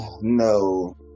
no